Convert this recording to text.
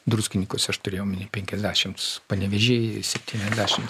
druskininkuose aš turėjau omeny penkiasdešimts panevėžy septyniasdešimt